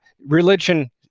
religion